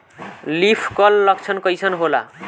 Leaf curl लक्षण कइसन होला?